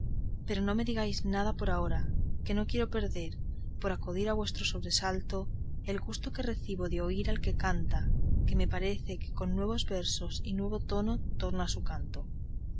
pero no me digáis nada por ahora que no quiero perder por acudir a vuestro sobresalto el gusto que recibo de oír al que canta que me parece que con nuevos versos y nuevo tono torna a su canto